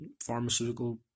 pharmaceutical